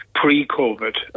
Pre-COVID